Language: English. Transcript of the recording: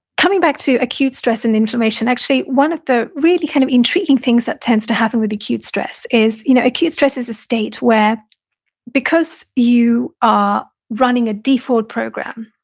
coming back to acute stress and inflammation, actually, one of the really kind of intriguing things that tends to happen with acute stress is you know acute stress is a state where because you are running a default program,